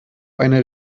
eine